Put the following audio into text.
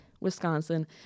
Wisconsin